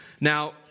Now